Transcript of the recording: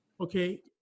Okay